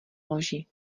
loži